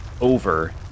over